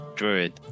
Druid